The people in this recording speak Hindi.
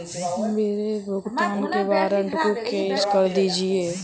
मेरे भुगतान के वारंट को कैश कर दीजिए